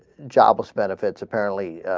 jobless benefits apparently ah.